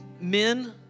men